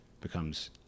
becomes